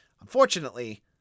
Unfortunately